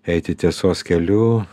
eiti tiesos keliu